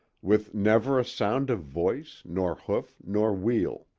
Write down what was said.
with never a sound of voice, nor hoof, nor wheel.